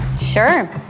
Sure